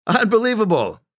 Unbelievable